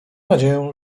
nadzieję